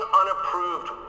unapproved